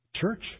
Church